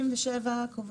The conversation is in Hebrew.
סעיף 77 קבע